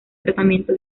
tratamiento